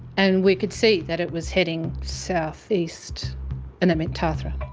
and we could see that it was heading southeast and that meant tathra.